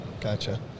Gotcha